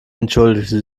entschuldigte